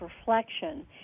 reflection